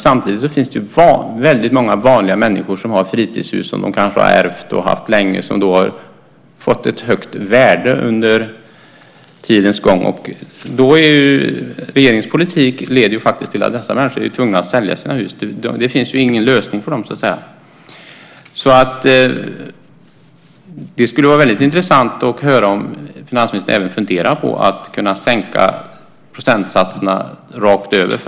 Samtidigt finns det väldigt många vanliga människor som har fritidshus som de kanske har ärvt och har haft länge och som kanske har fått ett högt värde med tiden. Och regeringens politik leder faktiskt till att dessa människor är tvungna att sälja sina hus eftersom det inte finns någon lösning på detta problem. Det skulle vara väldigt intressant att höra om finansministern funderar på att sänka procentsatserna rakt över.